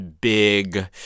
big